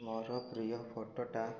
ମୋର ପ୍ରିୟ ଫଟୋଟା